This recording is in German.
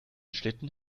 schlitten